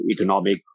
economic